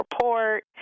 Report